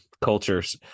cultures